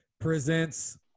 presents